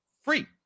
free